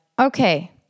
okay